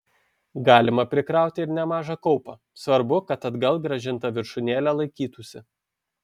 galima prikrauti ir nemažą kaupą svarbu kad atgal grąžinta viršūnėlė laikytųsi